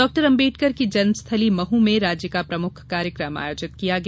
doctor Ambedkar की जन्मस्थली मह में राज्य का प्रमुख कार्यक्रम आयोजित किया गया